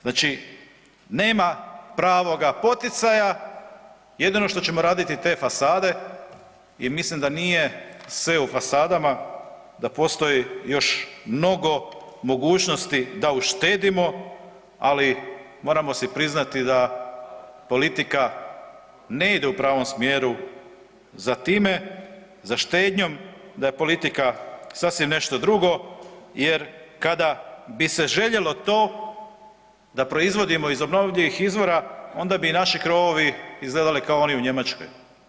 Znači nema pravoga poticaja jedino što ćemo raditi te fasade i mislim da nije sve u fasadama da postoji još mnogo mogućnosti da uštedimo, ali moramo si priznati da politika ne ide u pravom smjeru za time, za štednjom, da je politika sasvim nešto drugo jer kada bi se željelo to da proizvodimo iz obnovljivih izvora onda bi i naši krovovi izgledali kao oni u Njemačkoj.